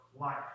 life